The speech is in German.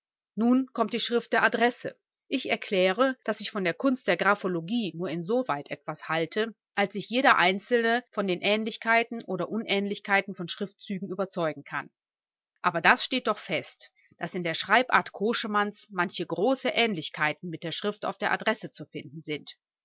nun kommt die schrift der adresse ich erkläre daß ich von der kunst der graphologie nur insoweit etwas halte als sich jeder einzelne von den ähnlichkeiten oder unähnlichkeiten von schriftzügen überzeugen kann aber das steht doch fest daß in der schreibart koschemanns manche große ähnlichkeiten mit der schrift auf der adresse zu finden sind